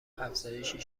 افزایشی